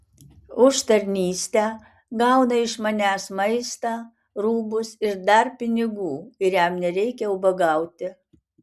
už tarnystę gauna iš manęs maistą rūbus ir dar pinigų ir jam nereikia ubagauti